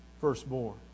firstborn